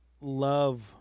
love